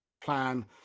plan